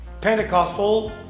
Pentecostal